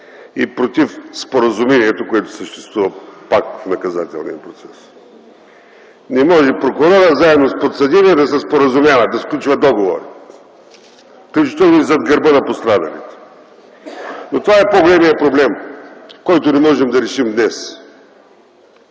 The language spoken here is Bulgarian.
и против споразумението, което съществува пак в наказателния процес. Не може прокурорът заедно с подсъдимия да се споразумяват, да сключват договор, включително и зад гърба на пострадалия. Но това е по-големият проблем, който не можем да решим днес.